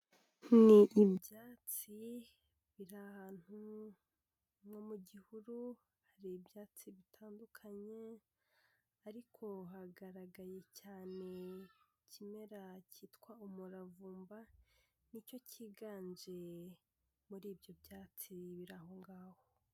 Ni ibyatsi bira ahantu nko mu gihuru hari ibyatsi bitandukanye ariko hagaragaye cyane ikimera cyitwa umuravumba nicyo cyiganje muri ibyo byatsi bira aho ngaho.